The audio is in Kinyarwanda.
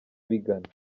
bigana